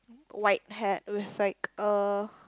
white hat with like a